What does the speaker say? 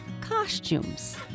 Costumes